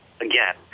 again